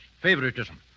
favoritism